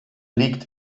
liegt